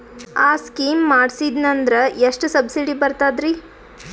ಆ ಸ್ಕೀಮ ಮಾಡ್ಸೀದ್ನಂದರ ಎಷ್ಟ ಸಬ್ಸಿಡಿ ಬರ್ತಾದ್ರೀ?